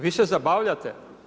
Vi se zabavljate?